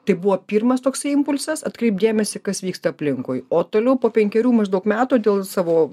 tai buvo pirmas toksai impulsas atkreipt dėmesį kas vyksta aplinkui o toliau po penkerių maždaug metų dėl savo